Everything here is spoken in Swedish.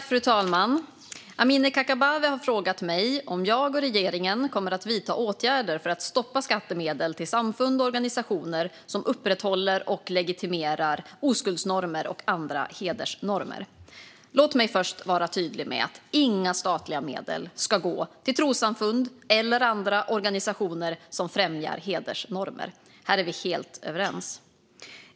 Fru talman! Amineh Kakabaveh har frågat mig om jag och regeringen kommer att vidta åtgärder för att stoppa skattemedel till samfund och organisationer som upprätthåller och legitimerar oskuldsnormer och andra hedersnormer. Låt mig först vara tydlig med att inga statliga medel ska gå till trossamfund eller andra organisationer som främjar hedersnormer. Här är vi helt överens.